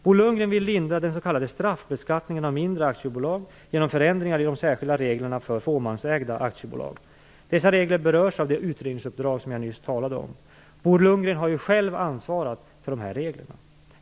Bo Lundgren vill lindra den s.k. straffbeskattningen av mindre aktiebolag genom förändringar i de särskilda reglerna för fåmansägda aktiebolag. Dessa regler berörs av det utredningsuppdrag som jag nyss talat om. Bo Lundgren har ju själv ansvarat för dessa regler.